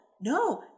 No